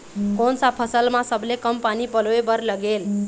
कोन सा फसल मा सबले कम पानी परोए बर लगेल?